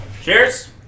Cheers